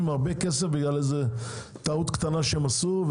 הרבה כסף בגלל איזו טעות קטנה שהם עשו,